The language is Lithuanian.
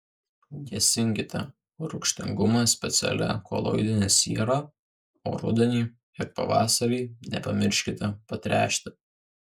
gesinkite rūgštingumą specialia koloidine siera o rudenį ir pavasarį nepamirškite patręšti